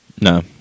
No